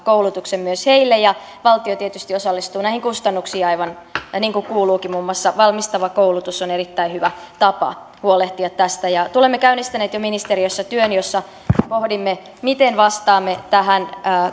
koulutuksen myös heille valtio tietysti osallistuu näihin kustannuksiin aivan niin kuin kuuluukin muun muassa valmistava koulutus on erittäin hyvä tapa huolehtia tästä olemme jo käynnistäneet ministeriössä työn jossa pohdimme miten vastaamme tähän